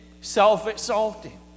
self-exalting